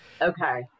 Okay